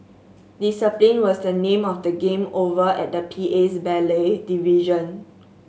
discipline was the name of the game over at the PA's ballet division